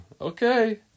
okay